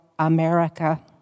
America